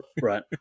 Right